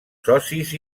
socis